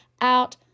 out